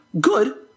good